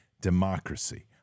democracy